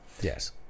Yes